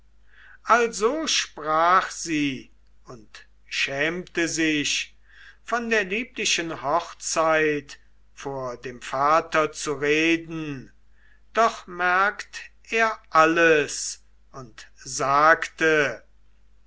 also sprach sie und schämte sich von der lieblichen hochzeit vor dem vater zu reden doch merkt er alles und sagte